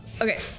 okay